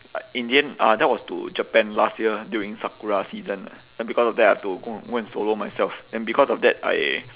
in the end uh that was to japan last year during sakura season lah then because of that I have to go go and solo myself then because of that I